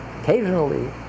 occasionally